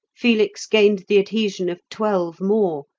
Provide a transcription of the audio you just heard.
felix gained the adhesion of twelve more,